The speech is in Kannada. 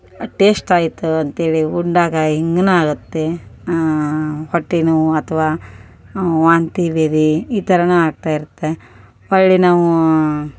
ಟೇಶ್ಟ್ ಆಯಿತು ಅಂತೇಳಿ ಉಂಡಾಗ ಹೀಗೂನೂ ಆಗುತ್ತೆ ಹೊಟ್ಟೇನೋವು ಅಥ್ವಾ ವಾಂತಿ ಭೇದಿ ಈ ಥರನೂ ಆಗ್ತಾಯಿರುತ್ತೆ ಹೊಳ್ಳಿ ನಾವೂ